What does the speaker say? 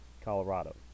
Colorado